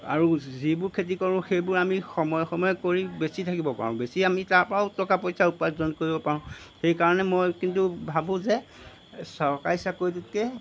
আৰু যিবোৰ খেতি কৰোঁ সেইবোৰ আমি সময়ে সময়ে কৰি বেচি থাকিব পাৰোঁ বেচি আমি তাৰপৰাও টকা পইচা উপাৰ্জন কৰিব পাৰোঁ সেইকাৰণে মই কিন্তু ভাবোঁ যে চৰকাৰী চাকৰীটোতকৈ